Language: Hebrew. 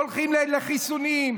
הולכים לחיסונים,